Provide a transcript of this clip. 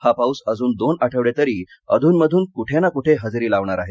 हा पाऊस अजून दोन आठवडे तरी अधून मधून कुठेना कुठे हजेरी लावणार आहे